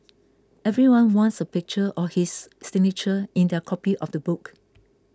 everyone wants a picture or his signature in their copy of the book